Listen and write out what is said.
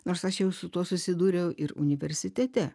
nors aš jau su tuo susidūriau ir universitete